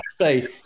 say